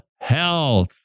health